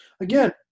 Again